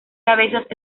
cabezas